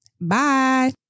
Bye